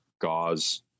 gauze